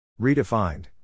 Redefined